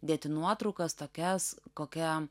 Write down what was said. dėti nuotraukas tokias kokia